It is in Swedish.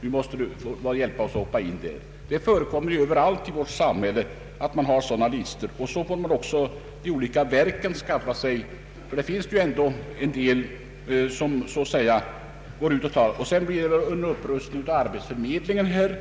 Nu måste du hjälpa oss och hoppa in.” Det förekommer överallt i vårt samhälle att man har sådana listor. Sådana kan också de olika verken skaffa sig. Sedan blir det också fråga om en upprustning av arbetsförmedlingen. Men